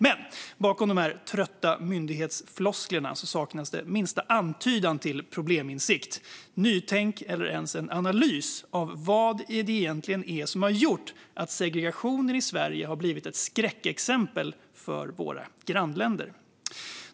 Men bakom dessa trötta myndighetsfloskler saknas minsta antydan till probleminsikt, nytänk eller ens en analys av vad det egentligen är som har gjort att segregationen i Sverige har blivit ett skräckexempel för våra grannländer.